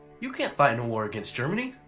you can't find in a war against germany!